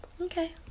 Okay